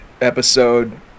episode